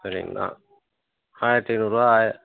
சரிங்களா ஆயிரத்து ஐந்நூறுரூவா